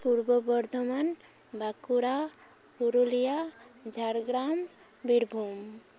Purba Bardhaman Bankura Purulia Jhargram Birbhum